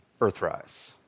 Earthrise